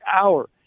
hour